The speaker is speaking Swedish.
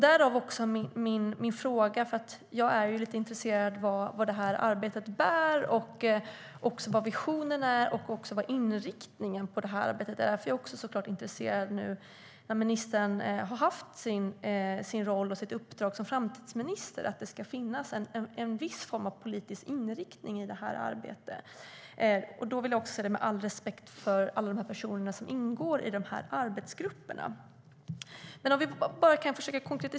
Därav min fråga. Jag är intresserad av vad arbetet leder till, vilka visionerna är och vilken inriktning det ska ha. Jag är såklart också intresserad nu när ministern har en roll och ett uppdrag som framtidsminister. Det borde finnas en viss form av politisk inriktning i arbetet. Detta vill jag säga med all respekt för personerna som ingår i arbetsgrupperna. Jag vill försöka att vara konkret.